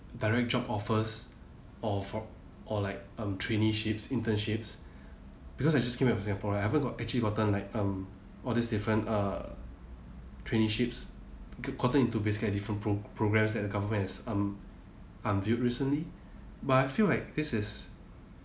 direct job offers or for or like err traineeships internships because I just came back to singapore I haven't got actually gotten like um all these different uh traineeships gotten into basically different pro~ programmes that the government is um unveiled recently but I feel like this is